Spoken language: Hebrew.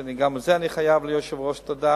וגם על זה אני חייב ליושב-ראש תודה.